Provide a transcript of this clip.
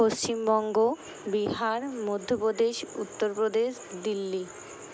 Paschimbanga Bihar Madhya Pradesh Uttar Pradesh Delhi